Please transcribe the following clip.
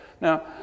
Now